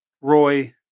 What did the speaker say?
Roy